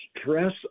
Stress